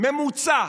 ממוצע